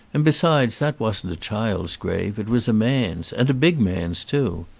and besides that wasn't a child's grave, it was a man's and a big man's too.